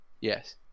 yes